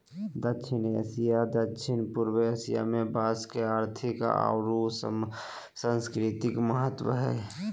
दक्षिण एशिया, दक्षिण पूर्व एशिया में बांस के आर्थिक आऊ सांस्कृतिक महत्व हइ